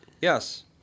Yes